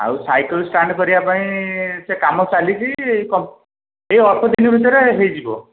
ଆଉ cycle stand କରିବା ପାଇଁ ସେ କାମ ଚାଲିଛି ସେ ଅଳ୍ପଦିନ ଭିତରେ ହେଇଯିବ